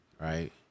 right